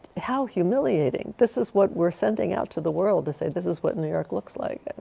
how humiliating. this is what we're sending out to the world to say this is what new york looks like.